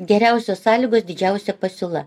geriausios sąlygos didžiausia pasiūla